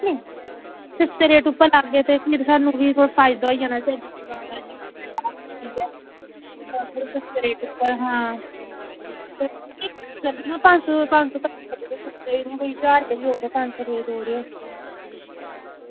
ते सस्ते रेट उप्पर लाह्गे ते स्हानू हबी फायदा होना अस इन्नी दूर दा आये दे आं पंज सौ कोई ज्हार दी बी होग ते पंज सौ दी देई ओड़ेओ